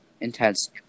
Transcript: intense